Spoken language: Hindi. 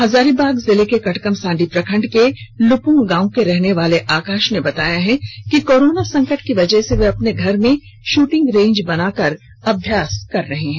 हजारीबाग जिले के कटकमसांडी प्रखंड के लुपुंग गांव के रहने वाले आकाश ने बताया कि कोरोना संकट की वजह से वे अपने घर में शूंटिंग रेंज बनाकर अभ्यास कर रहे हैं